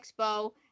Expo